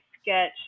sketch